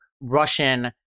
Russian